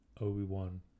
Obi-Wan